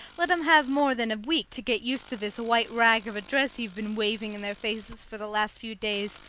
let em have more than a week to get used to this white rag of a dress you've been waving in their faces for the last few days.